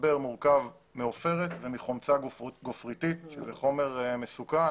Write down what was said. מצבר מורכב מעופרת ומחומצה גופריתית שזה חומר מסוכן